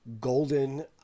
Golden